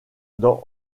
dans